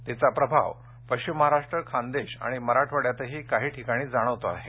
तिचा प्रभाव पश्चिम महाराष्ट्र खान्देश आणि मराठवाड्यातही काही ठिकाणी जाणवतो आहे